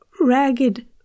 ragged